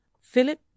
philip